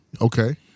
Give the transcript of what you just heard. Okay